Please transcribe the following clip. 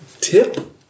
Tip